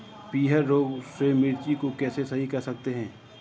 पीहर रोग से मिर्ची को कैसे सही कर सकते हैं?